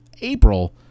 April